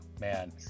man